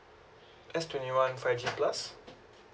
S twenty one five G plus